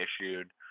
issued